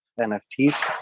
NFTs